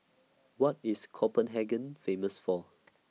What IS Copenhagen Famous For